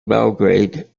belgrade